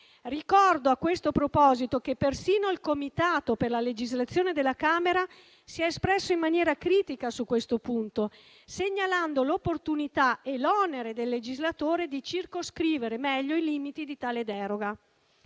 Ricordo, a questo proposito, che persino il Comitato per la legislazione della Camera si è espresso in maniera critica su questo punto, segnalando l'opportunità e l'onere del legislatore di circoscrivere meglio i limiti di tale deroga.